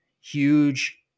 huge